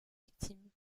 victimes